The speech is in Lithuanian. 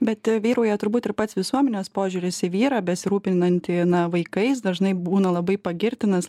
bet vyrauja turbūt ir pats visuomenės požiūris į vyrą besirūpinantį na vaikais dažnai būna labai pagirtinas